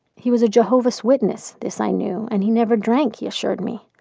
he was a jehovah's witness, this i knew. and he never drank, he assured me.